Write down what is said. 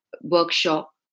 workshop